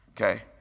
okay